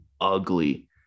ugly